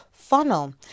funnel